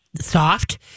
Soft